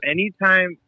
Anytime